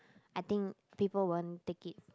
I think people won't take it